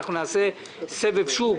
נעשה סבב שוק,